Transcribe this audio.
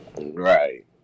Right